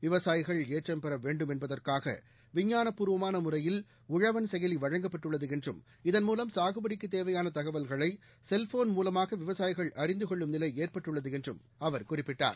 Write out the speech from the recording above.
விவசாயிகள் ஏற்றம் பெறவேண்டும் என்பதற்காகவிஞ்ஞான பூர்வமானமுறையில் உழவன் செயலிவழங்கப்பட்டுள்ளதுஎன்றும் இதன் மூலம் சாகுபடிக்குத் தேவையானதகவல்களைசெல்போன் மூலமாகவிவசாயிகள் அறிந்தகொள்ளும் நிலைஏற்பட்டுள்ளதுஎன்றும் அவர் குறிப்பிட்டார்